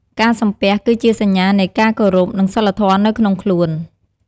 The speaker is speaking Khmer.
ការសំពះគឺជាសញ្ញានៃការគោរព និងសីលធម៌នៅក្នុងខ្លួន។